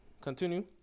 Continue